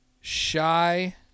shy